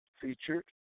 featured